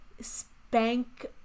spank